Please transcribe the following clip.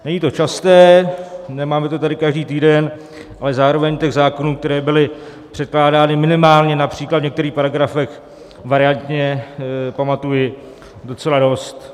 Není to časté, nemáme to tady každý týden, ale zároveň těch zákonů, které byly předkládány minimálně například v některých paragrafech variantně, pamatuji docela dost.